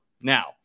now